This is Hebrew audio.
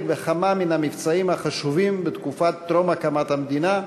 בכמה מהמבצעים החשובים בתקופת טרום הקמת המדינה,